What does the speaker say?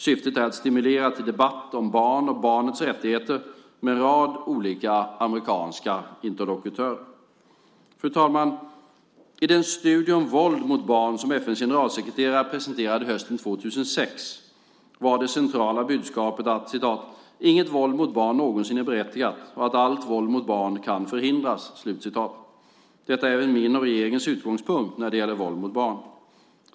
Syftet är att stimulera till debatt om barn och barnets rättigheter med en rad olika amerikanska interlokutörer. Fru talman! I den studie om våld mot barn som FN:s generalsekreterare presenterade hösten 2006 var det centrala budskapet att "inget våld mot barn någonsin är berättigat och att allt våld mot barn kan förhindras". Detta är även min och regeringens utgångspunkt när det gäller våld mot barn.